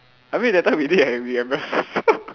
I mean that time we did eh remember